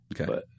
Okay